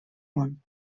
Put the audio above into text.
món